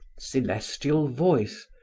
celestial voice,